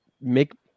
make